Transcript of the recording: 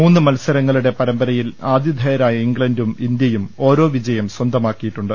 മൂന്ന് മത്സരങ്ങളുടെ പരമ്പരയിൽ ആതിഥേയരായ ഇംഗ്ലണ്ടും ഇന്ത്യയും ഓരോ വിജയം സ്വന്തമാക്കിയിട്ടുണ്ട്